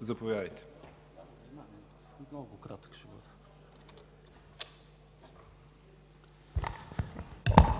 СЛАВЧО